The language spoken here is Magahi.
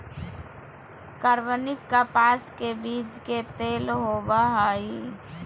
कार्बनिक कपास के बीज के तेल होबो हइ